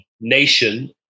Nation